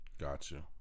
Gotcha